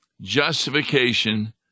justification